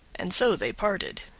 and so they parted.